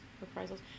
Reprisals